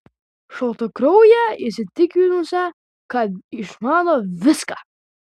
šaltakrauję įsitikinusią kad išmano viską